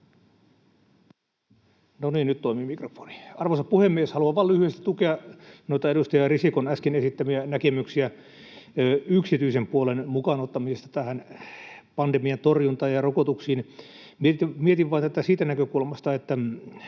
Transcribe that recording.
Arvoisa puhemies! Haluan vain lyhyesti tukea noita edustaja Risikon äsken esittämiä näkemyksiä yksityisen puolen mukaan ottamisesta tähän pandemian torjuntaan ja rokotuksiin. Mietin vain tätä siitä näkökulmasta,